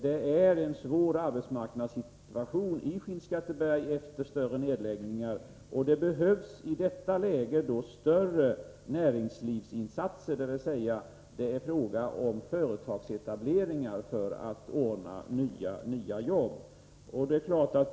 Det råder en svår arbetsmarknadssituation i Skinnskatteberg efter stora nedläggningar, och det behövs i detta läge större näringslivsinsatser. Det är alltså fråga om företagsetableringar för att ordna nya jobb.